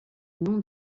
nom